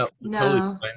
No